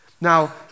Now